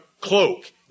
cloak